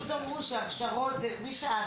פשוט אמרו שההכשרות, משרד